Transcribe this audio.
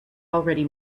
already